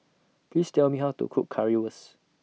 Please Tell Me How to Cook Currywurst